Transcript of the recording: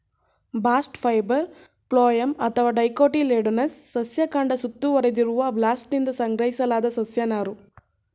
bast fibre phloem ಅಥವಾ dicotyledonous ಸಸ್ಯ ಕಾಂಡ ಸುತ್ತುವರೆದಿರುವ ಬಾಸ್ಟ್ನಿಂದ ಸಂಗ್ರಹಿಸಲಾದ ಸಸ್ಯ ನಾರು